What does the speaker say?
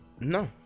no